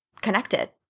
connected